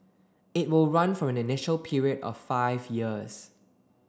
it will run for an initial period of five years